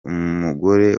umugore